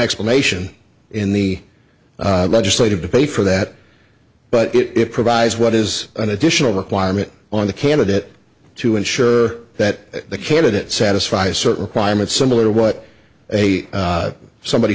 explanation in the legislative debate for that but it provides what is an additional requirement on the candidate to ensure that the candidate satisfy certain requirements similar to what a somebody